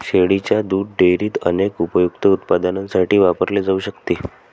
शेळीच्या दुध डेअरीत अनेक उपयुक्त उत्पादनांसाठी वापरले जाऊ शकते